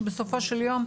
ובסופו של יום,